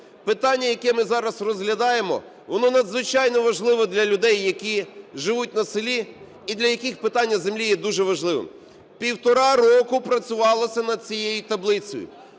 Питання, яке ми зараз розглядаємо, воно надзвичайно важливе для людей, які живуть на селі і для яких питання землі є дуже важливим. Півтора року працювалося над цією таблицею.